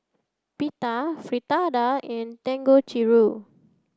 Pita Fritada and Dangojiru